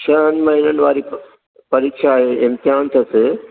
छहनि महिननि वारी परीक्षा आहे इम्तिहान अथसि